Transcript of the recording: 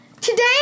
Today